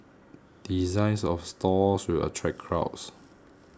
designs of stores will attract crowds